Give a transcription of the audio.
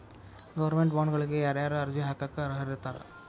Government ಬಾಂಡ್ಗಳಿಗ ಯಾರ್ಯಾರ ಅರ್ಜಿ ಹಾಕಾಕ ಅರ್ಹರಿರ್ತಾರ?